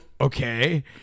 okay